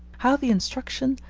how the instruction,